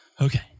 okay